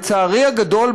לצערי הגדול,